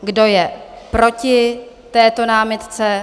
Kdo je proti této námitce?